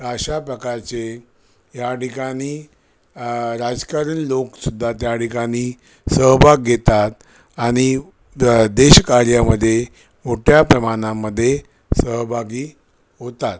अशा प्रकारचे या ठिकाणी राजकारणी लोकसुद्धा त्या ठिकाणी सहभाग घेतात आणि द देशकार्यामध्ये मोठ्या प्रमाणामध्ये सहभागी होतात